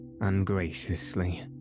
ungraciously